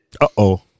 Uh-oh